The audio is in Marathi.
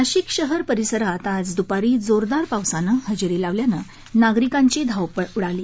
नाशिक शहर परिसरात आज दूपारी जोरदार पावसानं हजेरी लावल्यानं नागरिकांची धावपळ उडाली